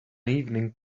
evening